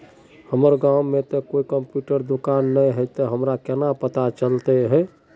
हमर गाँव में ते कोई कंप्यूटर दुकान ने है ते हमरा केना पता चलते है?